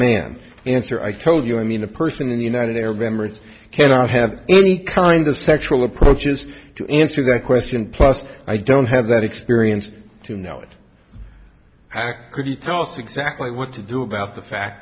man answer i told you i mean a person in the united arab emirates cannot have any kind of sexual approaches to answer that question plus i don't have that experience to know it could you tell us exactly what to do about the fact